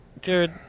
jared